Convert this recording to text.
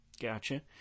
Gotcha